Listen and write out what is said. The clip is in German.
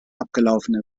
abgelaufen